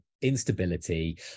Instability